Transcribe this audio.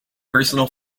personal